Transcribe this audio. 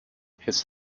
his